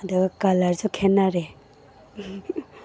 ꯑꯗꯨ ꯀꯂꯔꯁꯨ ꯈꯦꯠꯅꯔꯦ